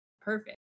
perfect